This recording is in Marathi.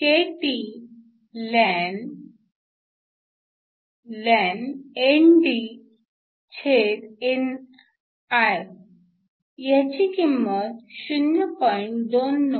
ह्याची किंमत 0